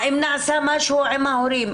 האם נעשה משהו עם ההורים.